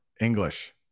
english